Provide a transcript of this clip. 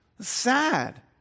Sad